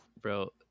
bro